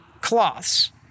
cloths